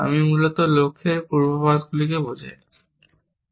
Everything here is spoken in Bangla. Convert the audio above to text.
আমি মূলত লক্ষ্যের পূর্বাভাসগুলিকে বোঝাই মূলত